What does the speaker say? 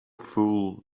fool